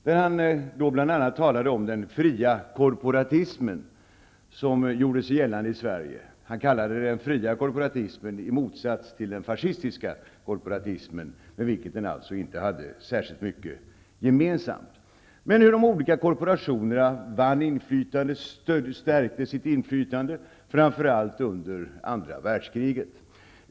Där talade han bl.a. om den fria korporatismen, som gjorde sig gällande i Sverige. Han kallade den för den fria korporatismen, i motsats till den fascistiska korporatismen, med vilken den alltså inte hade särskilt mycket gemensamt. Han tog upp hur de olika korporationerna vann inflytande och stärkte sitt inflytande framför allt under andra världskriget.